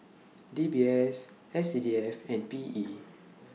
D B S S C D F and P E